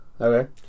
Okay